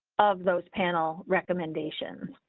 of those panel recommendations,